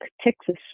Texas